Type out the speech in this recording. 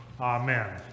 Amen